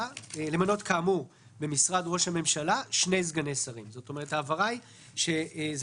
"כאמור במשרד ראש הממשלה שני סגני שרים"." ההבהרה היא שזה